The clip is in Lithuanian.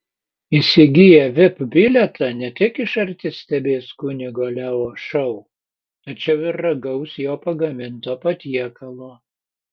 įsigiję vip bilietą ne tik iš arti stebės kunigo leo šou tačiau ir ragaus jo pagaminto patiekalo